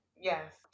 Yes